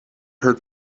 hurt